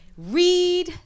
Read